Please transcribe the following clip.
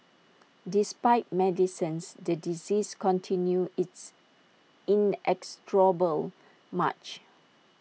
despite medicines the disease continued its inexorable March